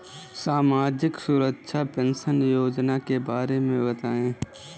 सामाजिक सुरक्षा पेंशन योजना के बारे में बताएँ?